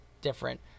different